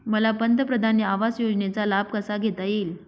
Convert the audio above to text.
मला पंतप्रधान आवास योजनेचा लाभ कसा घेता येईल?